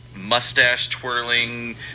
mustache-twirling